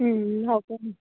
okay